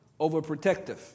overprotective